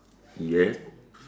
yes